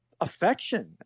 affection